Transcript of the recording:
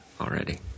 already